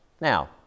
Now